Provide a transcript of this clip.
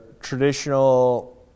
traditional